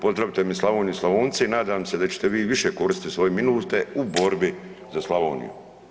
Pozdravite mi Slavoniju i Slavonce i nadam se da ćete vi više koristiti svoje minute u borbi za Slavoniju.